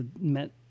met